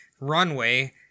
runway